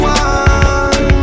one